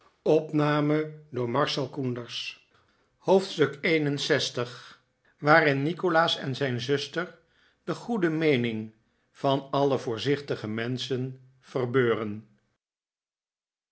hoofdstuk lxi waarin nikolaas en zijn zuster de goede meening van alle voorzichtige menschen verbeuren